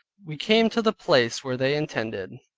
we came to the place where they intended,